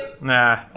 Nah